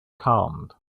calmed